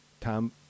Tom